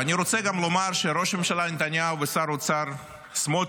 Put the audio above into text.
אני רוצה גם לומר שראש הממשלה נתניהו ושר האוצר סמוטריץ'